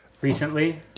Recently